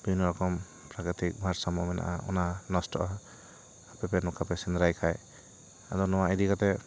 ᱵᱤᱵᱷᱤᱱᱚ ᱨᱚᱠᱚᱢ ᱯᱨᱟᱠᱤᱛᱤᱠ ᱵᱷᱟᱨ ᱥᱟᱢᱳ ᱢᱮᱱᱟᱜᱼᱟ ᱚᱱᱟ ᱱᱚᱥᱛᱚᱜᱼᱟ ᱟᱯᱮ ᱯᱮ ᱱᱚᱠᱟ ᱯᱮ ᱥᱮᱸᱫᱽᱨᱟᱭ ᱠᱷᱟᱡ ᱟᱫᱚ ᱱᱚᱣᱟ ᱤᱫᱤ ᱠᱟᱛᱮ